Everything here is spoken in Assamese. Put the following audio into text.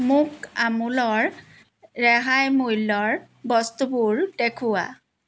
মোক আমুলৰ ৰেহাই মূল্যৰ বস্তুবোৰ দেখুওৱা